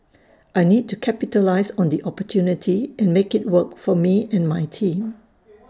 I need to capitalise on the opportunity and make IT work for me and my team